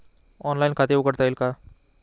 Online खाते उघडता येईल का?